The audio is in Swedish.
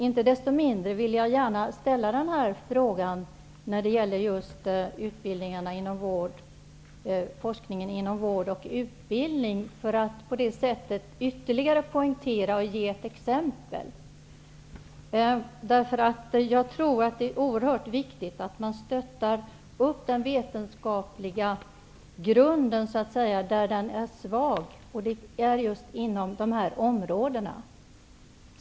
Inte desto mindre vill jag gärna ta upp just forskningen inom vård och utbildning, för att ytterligare poängtera och ge exempel. Det är oerhört viktigt att man stöttar den vetenskapliga grunden där den är svag. Det är just inom dessa områden.